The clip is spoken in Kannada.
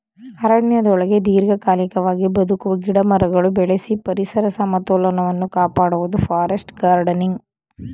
ಅರಣ್ಯದೊಳಗೆ ದೀರ್ಘಕಾಲಿಕವಾಗಿ ಬದುಕುವ ಗಿಡಮರಗಳು ಬೆಳೆಸಿ ಪರಿಸರ ಸಮತೋಲನವನ್ನು ಕಾಪಾಡುವುದು ಫಾರೆಸ್ಟ್ ಗಾರ್ಡನಿಂಗ್